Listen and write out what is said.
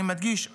אני מדגיש,